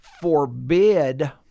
forbid